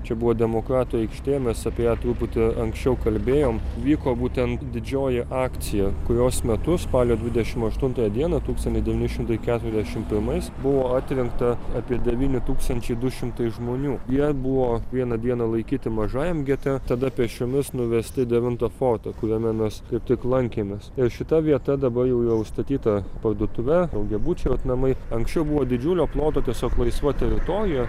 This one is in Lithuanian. čia buvo demokratų aikštė mes apie ją truputį anksčiau kalbėjom vyko būtent didžioji akcija kurios metu spalio dvidešim aštuntąją dieną tūkstantis devyni šimtai keturiasdešimt pirmais buvo atrinkta apie devyni tūkstančiai du šimtai žmonių jie buvo vieną dieną laikyti mažajam gete tada pėsčiomis nuvesti į devintą fortą kuriame mes kaip tik lankėmės ir šita vieta dabar jau jau užstatyta parduotuve daugiabučiai vat namai anksčiau buvo didžiulio ploto tiesiog laisva teritorija